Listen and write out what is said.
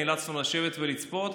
נאלצנו לשבת ולצפות.